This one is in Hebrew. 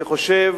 אני חושב